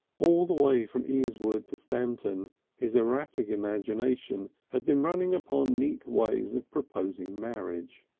all the way from easewood to stamton his erratic imagination had been running upon neat ways of proposing marriage.